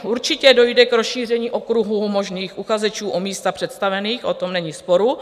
Určitě dojde k rozšíření okruhu možných uchazečů o místa představených, o tom není sporu.